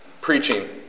preaching